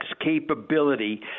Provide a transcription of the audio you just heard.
capability